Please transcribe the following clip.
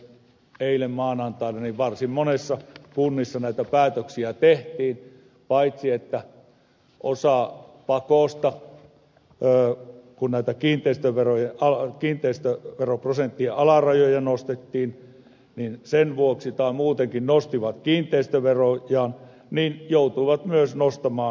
esimerkiksi eilen maanantaina varsin monessa kunnassa näitä päätöksiä tehtiin osittain pakosta kun näitä kiinteistöveroprosenttien alarajoja nostettiin ja niiden vuoksi tai muutenkin ne nostivat kiinteistöverojaan mutta joutuivat myös nostamaan tuloveroprosenttiaan